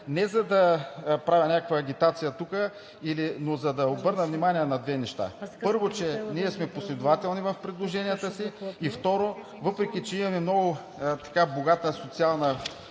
не за да правя някаква агитация тук, но за да обърна внимание на две неща. Първо, че ние сме последователни в предложенията си и, второ, въпреки че имаме много богата социална